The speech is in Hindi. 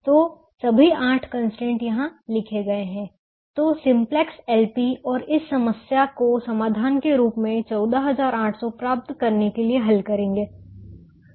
तो सभी आठ कंस्ट्रेंट यहां लिखे गए हैं तो सिम्प्लेक्स एलपी और इस समस्या को समाधान के रूप में 14800 प्राप्त करने के लिए हल करेंगे